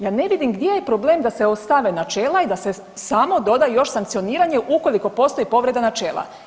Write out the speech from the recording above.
Ja ne vidim gdje je problem da se ostave načela i da se samo doda još sankcioniranje ukoliko postoji povreda načela.